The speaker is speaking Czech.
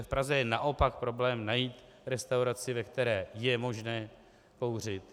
V Praze je naopak problém najít restauraci, ve které je možné kouřit.